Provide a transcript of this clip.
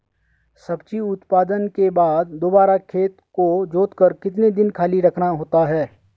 सब्जी उत्पादन के बाद दोबारा खेत को जोतकर कितने दिन खाली रखना होता है?